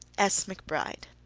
s. mcbride.